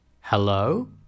Hello